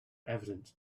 evident